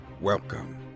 Welcome